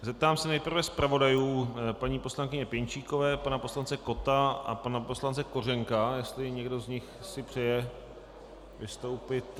Zeptám se nejprve zpravodajů, paní poslankyně Pěnčíkové, pana poslance Kotta a pana poslance Kořenka, jestli si někdo z nich přeje vystoupit.